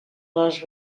les